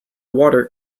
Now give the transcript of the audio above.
water